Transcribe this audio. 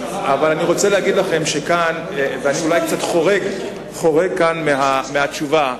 ואולי אני חורג כאן מהתשובה,